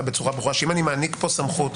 בצורה ברורה שאם אני מעניק פה סמכות,